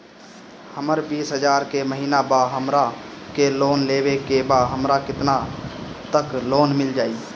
हमर बिस हजार के महिना बा हमरा के लोन लेबे के बा हमरा केतना तक लोन मिल जाई?